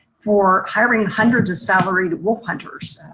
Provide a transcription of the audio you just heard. for hiring hundreds of salaried wolf hunters.